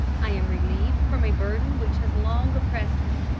i am relieved from a burden which has long oppressed me.